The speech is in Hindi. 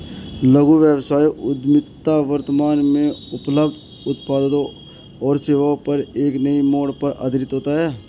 लघु व्यवसाय उद्यमिता वर्तमान में उपलब्ध उत्पादों और सेवाओं पर एक नए मोड़ पर आधारित होता है